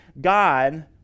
God